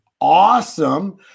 awesome